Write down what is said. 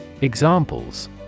Examples